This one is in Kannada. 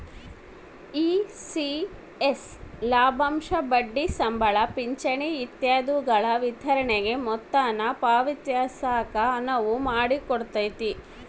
ಇ.ಸಿ.ಎಸ್ ಲಾಭಾಂಶ ಬಡ್ಡಿ ಸಂಬಳ ಪಿಂಚಣಿ ಇತ್ಯಾದಿಗುಳ ವಿತರಣೆಗೆ ಮೊತ್ತಾನ ಪಾವತಿಸಾಕ ಅನುವು ಮಾಡಿಕೊಡ್ತತೆ